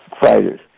fighters